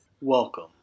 Welcome